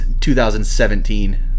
2017